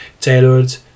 tailored